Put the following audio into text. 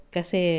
Kasi